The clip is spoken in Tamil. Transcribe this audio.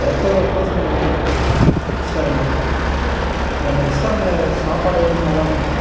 எப்போ க்ளோஸ் பண்ணுவாங்க ரெஸ்டாரண்ட்டை அந்த ரெஸ்டாரண்ட்டில சாப்பாடு ஐட்டம்லாம் நல்லா இருக்குமா